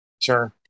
Sure